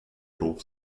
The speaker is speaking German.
doof